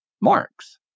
Marx